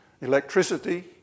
Electricity